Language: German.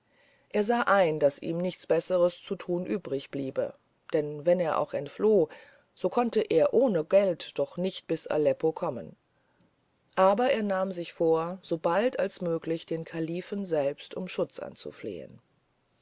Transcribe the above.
er sah ein daß ihm nichts besseres zu tun übrigbleibe denn wenn er auch entfloh so konnte er ohne geld doch nicht bis aleppo kommen aber er nahm sich vor sobald als möglich den kalifen selbst um schutz anzuflehen